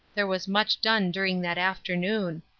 there was much done during that afternoon.